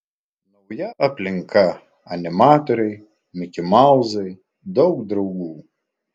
nauja aplinka animatoriai mikimauzai daug draugų